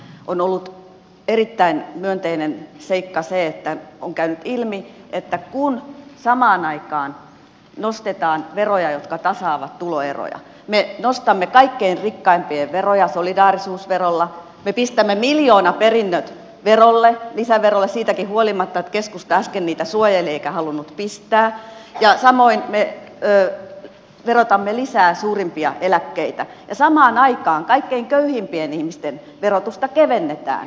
on ollut erittäin myönteinen seikka se että on käynyt ilmi että samaan aikaan kun nostetaan veroja jotka tasaavat tuloeroja me nostamme kaikkein rikkaimpien veroja solidaarisuusverolla me pistämme miljoonaperinnöt lisäverolle siitäkin huolimatta että keskusta äsken niitä suojeli eikä halunnut pistää samoin me verotamme lisää suurimpia eläkkeitä samaan aikaan kaikkein köyhimpien ihmisten verotusta kevennetään